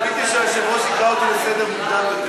ציפיתי שהיושב-ראש יקרא אותי לסדר מוקדם יותר.